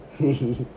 ஹிஹி:chi chi